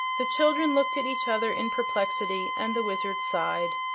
the children looked at each other in perplexity, and the wizard sighed.